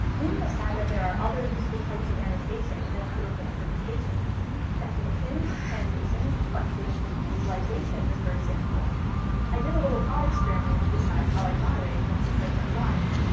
leaving aside that there are other useful types of annotation than critical interpretations definitions, translations, questions, and contextualizations, for example i did a little thought experiment to decide how i'd moderate once the site went live.